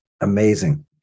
amazing